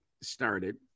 started